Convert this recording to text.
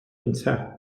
gyntaf